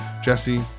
jesse